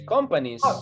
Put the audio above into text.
Companies